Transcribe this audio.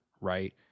right